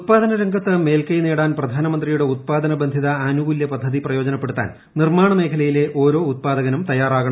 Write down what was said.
ഉത്പാദന രംഗത്ത് മേൽക്കൈ നേടാൻ പ്രധാനമന്ത്രിയുടെ ഉത്പാദന ബന്ധിത ആനുകൂലൃ പദ്ധതി പ്രയോജനപ്പെടുത്താൻ നിർമ്മാണ മേഖലയിലെ ഓരോ ഉത്പാദകനും തയ്യാറാകണം